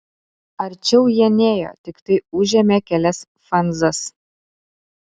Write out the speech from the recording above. arčiau jie nėjo tiktai užėmė kelias fanzas